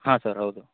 ಹಾಂ ಸರ್ ಹೌದು